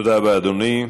תודה רבה, אדוני.